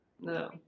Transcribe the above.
No